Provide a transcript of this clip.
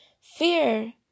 Fear